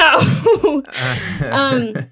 No